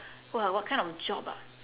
!wah! what kind of job ah